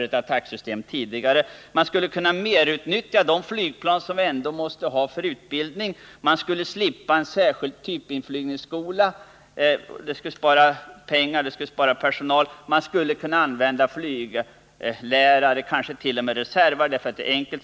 Man skulle vidare ha kunnat merutnyttja de flygplan som vi ändå måste ha för utbildning. man hade sluppit att ha en särskild typinflygningsskola, och flyglärare, kanske t. 0. m. reservare, hade kunnat användas i krigsorganisationen.